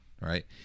Right